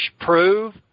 prove